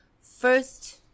first